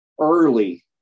early